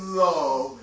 love